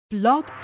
Blog